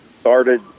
Started